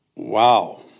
Wow